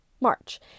March